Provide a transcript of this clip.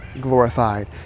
glorified